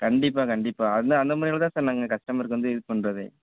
கண்டிப்பாக கண்டிப்பாக அந்த அந்த மாதிரில்லா தான் சார் நாங்கள் கஸ்டமருக்கு வந்து இது பண்ணுறது